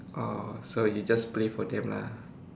oh so you just play for them lah